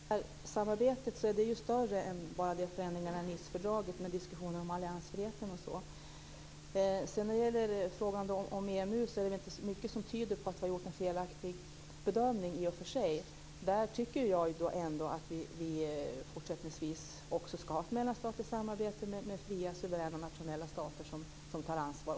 Fru talman! Samarbetet är ju större än bara förändringarna i Nicefördraget med diskussioner om alliansfriheten osv. När det gäller frågan om EMU är det väl i och för sig inte så mycket som tyder på att vi har gjort en felaktig bedömning. Där tycker jag ändå att vi fortsättningsvis också ska ha ett mellanstatligt samarbete med fria suveräna nationella stater som tar ansvar.